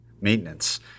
maintenance